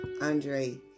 Andre